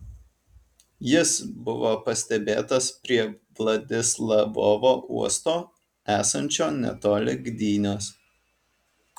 jis buvo pastebėtas prie vladislavovo uosto esančio netoli gdynios